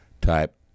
type